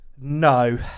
No